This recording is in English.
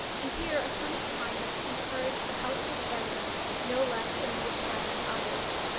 and here a sunny climate encouraged the houseless beggar no less than the aspiring artist.